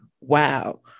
wow